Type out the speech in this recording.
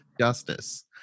justice